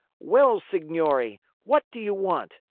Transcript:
well, signori, what do you want?